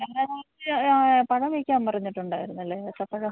ഞങ്ങൾ ആദ്യം ഞങ്ങൾ പഴം വയ്ക്കാൻ പറഞ്ഞിട്ടുണ്ടായിരുന്നു അല്ലേ ഏത്തപ്പഴം